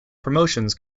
promotions